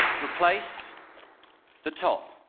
replace the top.